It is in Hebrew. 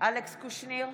אלכס קושניר,